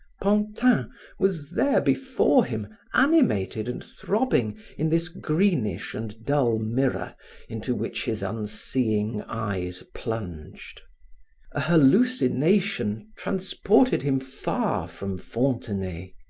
pantin was there before him, animated and throbbing in this greenish and dull mirror into which his unseeing eyes plunged a hallucination transported him far from fontenay.